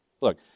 Look